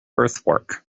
earthwork